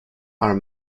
are